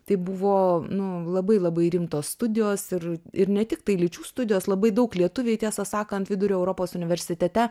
tai buvo nu labai labai rimtos studijos ir ir ne tiktai lyčių studijos labai daug lietuviai tiesą sakant vidurio europos universitete